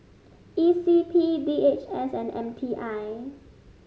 E C P D H S and M T I